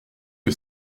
que